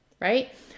right